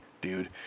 dude